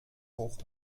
hoch